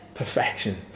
Perfection